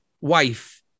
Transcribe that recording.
wife